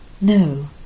No